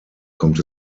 kommt